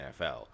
NFL